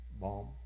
mom